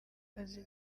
akazi